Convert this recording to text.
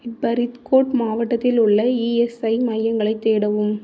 பரீத்கோட் மாவட்டத்தில் உள்ள இஎஸ்ஐ மையங்களைத் தேடவும்